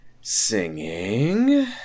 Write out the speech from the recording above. Singing